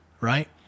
right